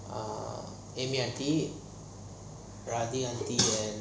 ah amy aunty Radhika aunty